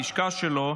הודעת הלשכה שלו,